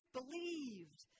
believed